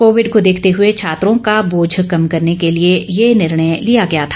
Covid को देखते हुए छात्रों का बोझ कम करने के लिए यह निर्णय लिया गया था